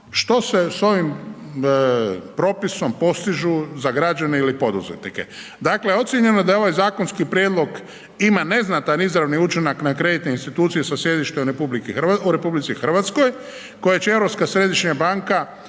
što se s ovim propisom postiže za građane ili poduzetnike. Dakle ocijenjeno je da je ovaj zakonski prijedlog ima neznatan izravni učinak na kreditne institucije sa sjedištem u RH koje će Europska središnja banka